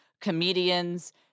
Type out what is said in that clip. comedians